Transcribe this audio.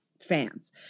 fans